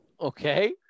Okay